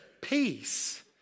peace